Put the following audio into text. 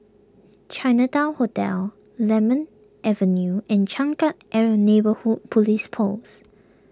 Chinatown Hotel Lemon Avenue and Changkat ever Neighbourhood Police Post